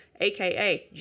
aka